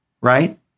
Right